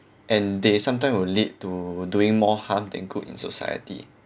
and they sometimes will lead to doing more harm than good in society